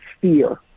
fear